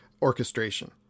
orchestration